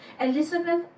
Elizabeth